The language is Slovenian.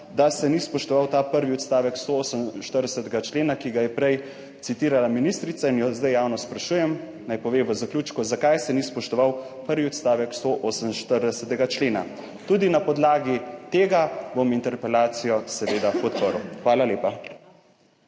da se ni spoštoval ta prvi odstavek 148. člena, ki ga je prej citirala ministrica in jo zdaj javno sprašujem, naj povem v zaključku, zakaj se ni spoštoval prvi odstavek 148. člena, tudi na podlagi tega bom interpelacijo seveda podprl. Hvala lepa.